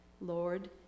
Lord